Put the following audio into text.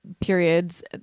periods